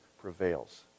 prevails